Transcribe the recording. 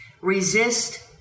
Resist